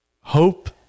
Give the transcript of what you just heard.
hope